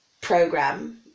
program